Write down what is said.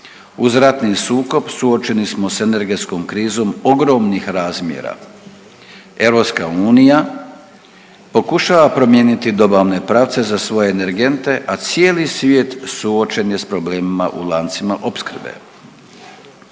Uz ratni sukob suočeni smo s energetskom krizom ogromnih razmjera. EU pokušava promijeniti dobavne pravce za svoje energente, a cijeli svijet suočen je s problemima u lancima opskrbe.